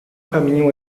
caminho